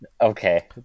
okay